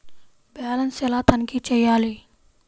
Balance ఎలా తనిఖీ చేయాలి?